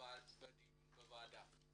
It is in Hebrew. בדיון בוועדה.